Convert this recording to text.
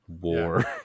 War